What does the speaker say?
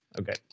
okay